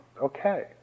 okay